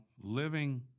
living